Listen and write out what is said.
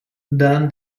done